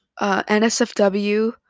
NSFW